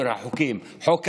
מתי?